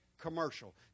commercial